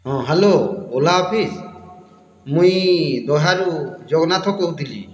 ହଁ hello Ola office ମୁଇଁ ବାହାରୁ ଜଗନ୍ନାଥ କହୁଥିଲି